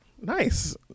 nice